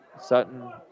Sutton